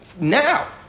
now